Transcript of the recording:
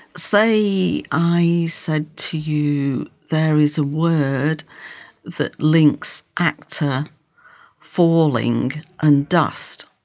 say i said to you there is a word that links actor falling and dust.